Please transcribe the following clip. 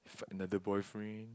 find another boyfriend